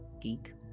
Geek